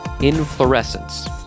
inflorescence